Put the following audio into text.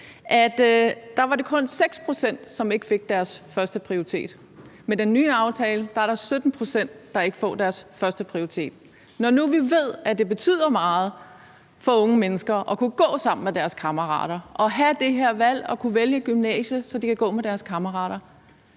at det kun var 6 pct., som ikke fik deres førsteprioritet. Med den nye aftale er det 17 pct., der ikke får deres førsteprioritet. Når nu vi ved, at det betyder meget for unge mennesker at kunne gå sammen med deres kammerater og kunne vælge et gymnasium, så de kan gå sammen med deres kammerater,